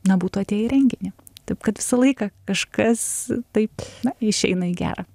na būtų atėję į renginį taip kad visą laiką kažkas taip na išeina į gera